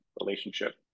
relationship